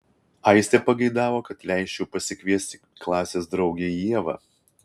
aistė pageidavo kad leisčiau pasikviesti klasės draugę ievą